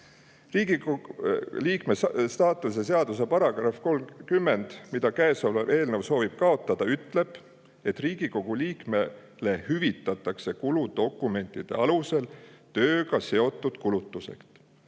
Riigikogu liikme staatuse seaduse § 30, mida eelnõuga soovitakse kaotada, ütleb, et Riigikogu liikmele hüvitatakse kuludokumentide alusel tööga seotud kulutused.